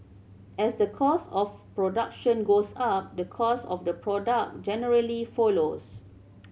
as the cost of production goes up the cost of the product generally follows